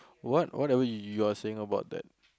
what what are we you are saying about that